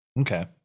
okay